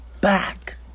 back